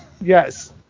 Yes